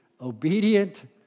obedient